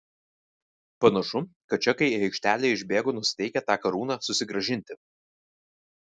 panašu kad čekai į aikštelę išbėgo nusiteikę tą karūną susigrąžinti